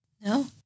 No